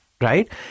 right